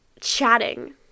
chatting